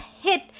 hit